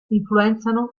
influenzano